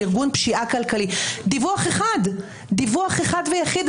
דיווח אחד ויחיד.